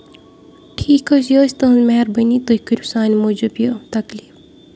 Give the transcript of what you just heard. ٹھیٖک حظ چھُ یہِ حظ چھِ تُہنٛز مہربٲنۍ تُہۍ کٔرو سانہِ موٗجوٗب یہِ تَکلیٖف